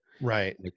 Right